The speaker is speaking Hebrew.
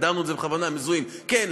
הגדרנו את זה בכוונה "מזוהים" כן,